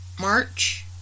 March